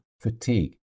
fatigue